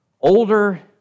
Older